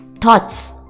thoughts